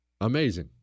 amazing